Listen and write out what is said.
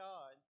God